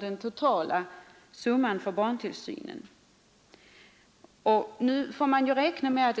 den totala summan för barntillsynen i budgeten höjts med 20 — 30 procent.